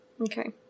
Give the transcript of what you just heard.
Okay